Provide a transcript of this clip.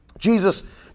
Jesus